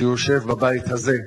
שיושב בבית הזה.